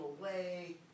away